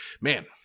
man